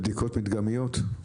בדיקות מדגמיות?